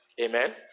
Amen